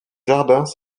jardins